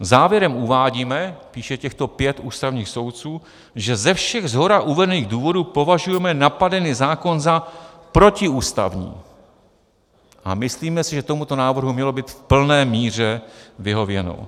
Závěrem uvádíme, píše těchto pět ústavních soudců, že ze všech shora uvedených důvodů považujeme napadený zákon za protiústavní, a myslíme si, že tomuto návrhu mělo být v plné míře vyhověno.